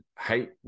hate